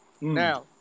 Now